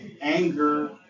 anger